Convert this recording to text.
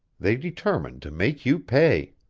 they determined to make you pay!